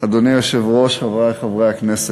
אדוני היושב-ראש, חברי חברי הכנסת,